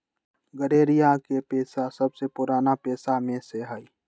गरेड़िया के पेशा सबसे पुरान पेशा में से हई